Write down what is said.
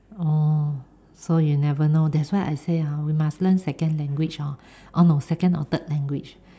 oh so you never know that is why I say hor we must learn second language hor oh no second or third language